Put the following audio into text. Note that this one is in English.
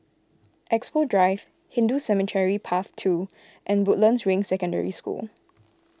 Expo Drive Hindu Cemetery Path two and Woodlands Ring Secondary School